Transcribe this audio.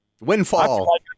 windfall